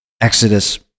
Exodus